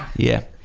yeah.